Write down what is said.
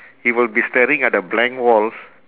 he will be staring at a blank wall